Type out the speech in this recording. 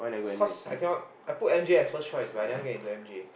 cause I cannot I put M_J as first choice but I never get into M_J